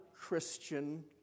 Christian